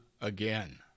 again